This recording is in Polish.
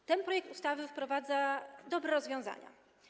Omawiany projekt ustawy wprowadza dobre rozwiązania.